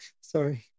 Sorry